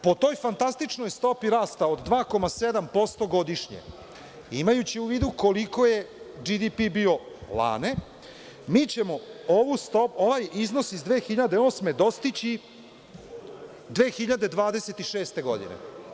Po toj fantastičnoj stopi rasta od 2,7% godišnje, imajući u vidu koliko je BDP bio lane, mi ćemo ovaj iznos iz 2008. godine dostići 2026. godine.